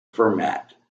fermat